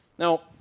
Now